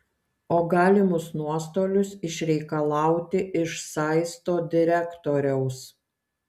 o galimus nuostolius išreikalauti iš saisto direktoriaus